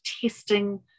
testing